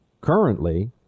currently